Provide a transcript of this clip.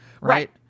Right